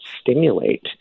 stimulate